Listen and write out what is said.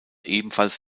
ebenfalls